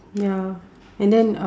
ya and then uh